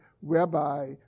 Whereby